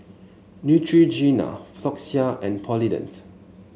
Neutrogena Floxia and Polident